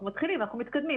אנחנו מתחילים, אנחנו מתקדמים.